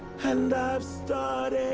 and i've started